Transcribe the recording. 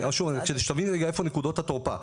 שתביני רגע איפה נקודות התורפה,